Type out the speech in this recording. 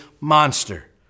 monster